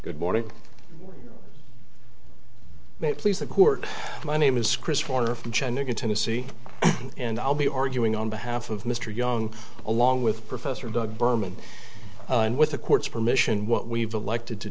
good morning may please the court my name is chris warner from china tennessee and i'll be arguing on behalf of mr young along with professor doug berman and with the court's permission what we've elected to